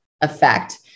effect